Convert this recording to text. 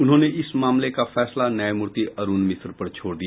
उन्होंने इस मामले का फैसला न्यायमूर्ति अरूण मिश्र पर छोड़ दिया